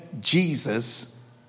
Jesus